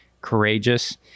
courageous